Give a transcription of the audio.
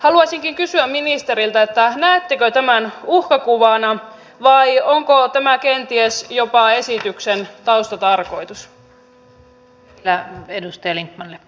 haluaisinkin kysyä ministeriltä näettekö tämän uhkakuvana vai onko tämä kenties jopa esityksen taustatarkoitus